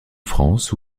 france